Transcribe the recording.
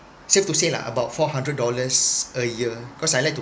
safe to say lah about four hundred dollars a year cause I like to